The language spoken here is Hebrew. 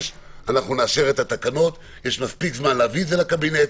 יש מספיק זמן להביא את זה לקבינט,